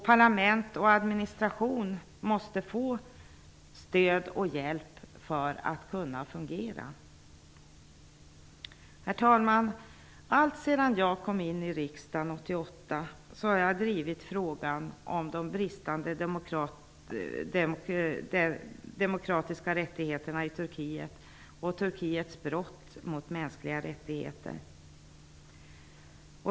Parlament och administration måste få stöd och hjälp för att kunna fungera. Herr talman! Alltsedan jag kom in i riksdagen 1988 har jag drivit frågan om de bristande demokratiska rättigheterna i Turkiet och Turkiets brott mot de mänskliga rättigheterna.